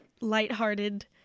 lighthearted